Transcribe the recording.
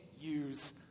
use